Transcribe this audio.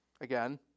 again